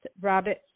Robert